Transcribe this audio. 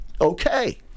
okay